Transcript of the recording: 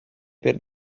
per